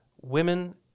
women